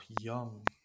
young